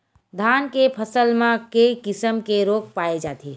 धान के फसल म के किसम के रोग पाय जाथे?